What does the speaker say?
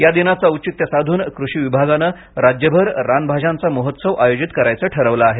या दिनाचं औचित्यसाधून कृषीविभागानं राज्यभर रानभाज्यांचा महोत्सव आयोजित करायचं ठरवलं आहे